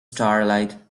starlight